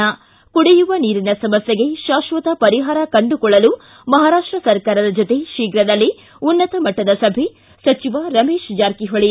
ಿ ಕುಡಿಯುವ ನೀರಿನ ಸಮಸ್ಥೆಗೆ ಶಾಸ್ತಕ ಪರಿಹಾರ ಕಂಡುಕೊಳ್ಳಲು ಮಹಾರಾಷ್ಷ ಸರ್ಕಾರದ ಜತೆ ಶೀಘದಲ್ಲೇ ಉನ್ನತಮಟ್ಟದ ಸಭೆ ಸಚಿವ ರಮೇಶ್ ಜಾರಕಿಹೊಳಿ